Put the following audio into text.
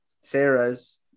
Sarah's